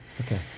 Okay